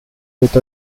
with